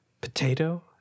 potato